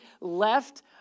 left